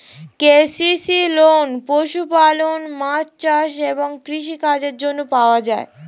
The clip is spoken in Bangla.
কে.সি.সি লোন পশুপালন, মাছ চাষ এবং কৃষি কাজের জন্য পাওয়া যায়